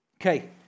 Okay